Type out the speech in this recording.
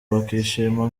bakishima